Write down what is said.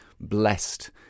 blessed